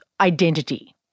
identity